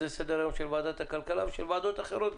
זה סדר היום של ועדת הכלכלה וגם של ועדות אחרות.